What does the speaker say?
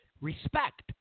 respect